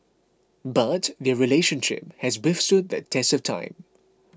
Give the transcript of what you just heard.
but their relationship has withstood the test of time